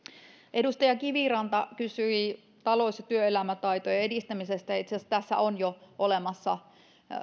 edustaja kiviranta kysyi talous ja työelämätaitojen edistämisestä ja itse asiassa tässä on jo olemassa